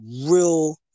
real